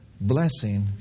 blessing